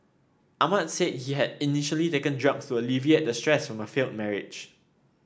Ahmad said he had initially taken drugs to alleviate the stress from a failed marriage